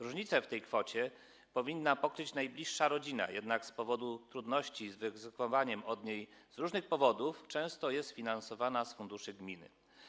Różnicę w tej kwocie powinna pokryć najbliższa rodzina, jednak z powodu trudności z wyegzekwowaniem tej różnicy - z różnych powodów - często jest ona finansowana z funduszy gminy.